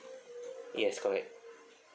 yes correct